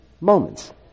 moments